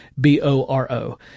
B-O-R-O